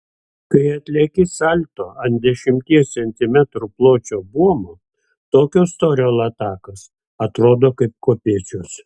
kai atlieki salto ant dešimties centimetrų pločio buomo tokio storio latakas atrodo kaip kopėčios